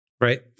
right